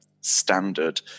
standard